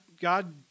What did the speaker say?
God